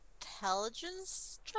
intelligence